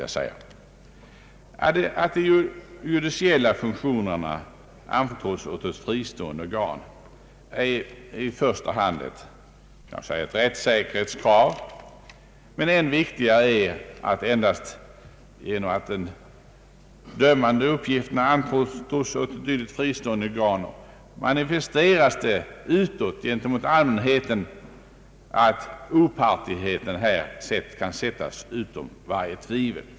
Att de judiciella funktionerna anförtros åt ett fristående organ är närmast ett rättssäkerhetskrav, men ändå viktigare är att endast genom att de dömande uppgifterna anförtros åt ett dylikt fristående organ manifesteras utåt, gentemot allmänheten, att opartiskheten här kan sättas utom varje tvivel.